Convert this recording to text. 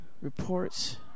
reports